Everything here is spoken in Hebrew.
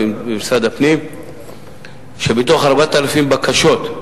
לנו, אנחנו מתמודדים עם בעיות מאוד מאוד קשות.